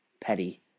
petty